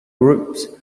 groups